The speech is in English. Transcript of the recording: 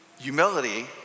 Humility